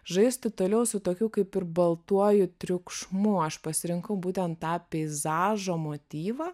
žaisti toliau su tokiu kaip ir baltuoju triukšmu aš pasirinkau būtent tą peizažo motyvą